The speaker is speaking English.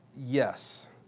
Yes